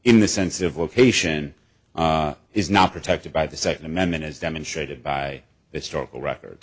in the sense of location is not protected by the second amendment as demonstrated by historical record